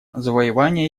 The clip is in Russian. завоевания